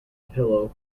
pillow